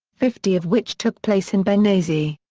fifty of which took place in benghazi.